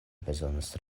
bezonas